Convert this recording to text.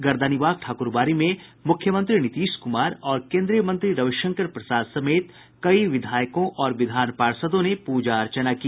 गर्दनीबाग ठाकुरबाड़ी में मुख्यमंत्री नीतीश कुमार और केन्द्रीय मंत्री रविशंकर प्रसाद समेत कई विधायकों और विधान पार्षदों ने पूजा अर्चना की